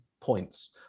points